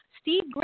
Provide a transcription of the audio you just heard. Steve